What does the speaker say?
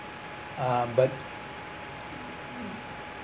uh but